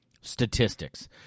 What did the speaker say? statistics